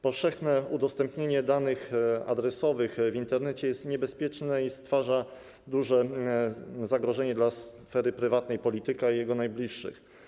Powszechne udostępnienie danych adresowych w Internecie jest niebezpieczne i stwarza duże zagrożenie dla sfery prywatnej polityka i jego najbliższych.